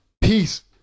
peace